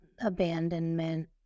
abandonment